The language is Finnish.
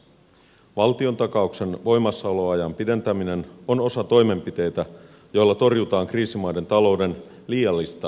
valtionta kauksen voimassaoloajan pidentäminen on osa toimenpiteitä joilla torjutaan kriisimaiden talouden liiallista kiristymistä